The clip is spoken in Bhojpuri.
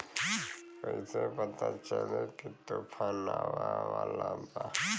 कइसे पता चली की तूफान आवा वाला बा?